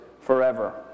forever